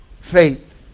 Faith